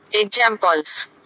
Examples